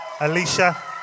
Alicia